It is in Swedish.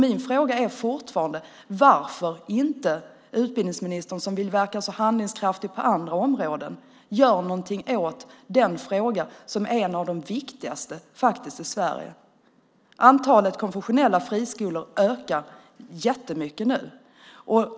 Min fråga är fortfarande: Varför gör inte utbildningsministern, som vill verka så handlingskraftig på andra områden, någonting åt den fråga som är en av de viktigaste i Sverige? Antalet konfessionella friskolar ökar jättemycket nu.